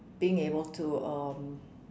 being able to um